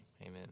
Amen